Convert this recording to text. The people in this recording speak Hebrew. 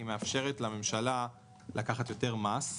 מאפשרת לממשלה לקחת יותר מס.